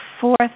fourth